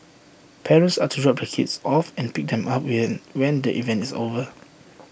parents are to drop their kids off and pick them up here when the event is over